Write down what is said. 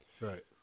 Right